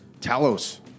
Talos